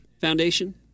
Foundation